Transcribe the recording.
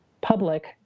public